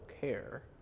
care